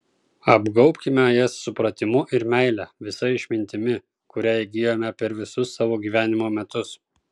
apgaubkime jas supratimu ir meile visa išmintimi kurią įgijome per visus savo gyvenimo metus